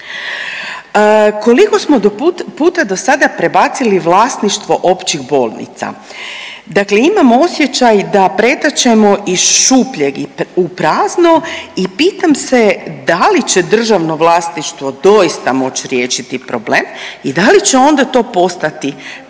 Koliko smo puta dosada prebacili vlasništvo općih bolnica? Dakle, imam osjećaj da pretačemo iz šupljeg u prazno i pitam se da li će državno vlasništvo doista moći riješiti problem i da li će onda to postati trajna